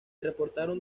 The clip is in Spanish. reportaron